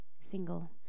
single